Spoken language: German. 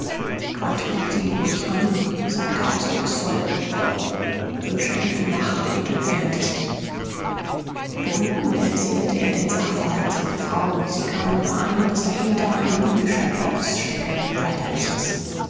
blickte ihn ruhig an sagte ausdrucksvoll so wünschte gute nacht und entfernte sich drunten erzählte er den sachverhalt seiner frau und sie kamen überein daß dahinter ein bübischer trotz stecke weiter nichts